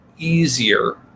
easier